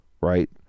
Right